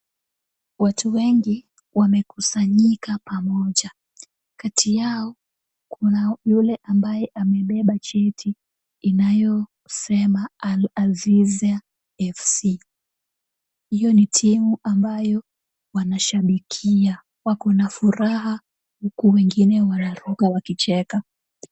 Watu wengi wamekusanyika pamoja. Kati yao kuna yule ambaye amebeba cheti, inayosema Al-azizia FC. Hiyo ni timu ambayo wanashabikia. Wako na furaha, huku wengine wanaruka wakicheka.